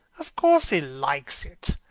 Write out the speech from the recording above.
of course he likes it,